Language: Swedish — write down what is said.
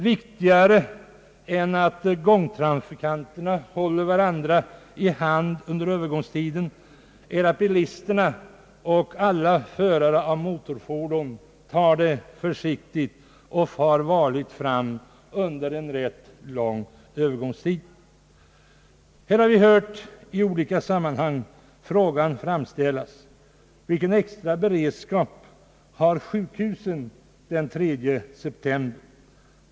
Viktigare än att gångtra fikanterna håller varandra i handen tiden närmast efter övergången är att bilisterna och alla förare av motorfordon tar det försiktigt och far varligt fram under ganska lång tid. Vi har i olika sammanhang hört frågan framställas, vilken extra beredskap sjukhusen har den 3 september.